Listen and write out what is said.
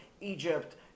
Egypt